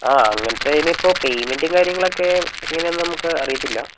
ആ അങ്ങനത്തേതിന് ഇപ്പോൾ പെയ്മെന്റ് കാര്യങ്ങളൊക്കെ എങ്ങനെ ആണ് എന്ന് നമുക്ക് അറിയത്തില്ല